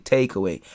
Takeaway